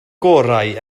gorau